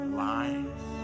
lies